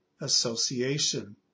Association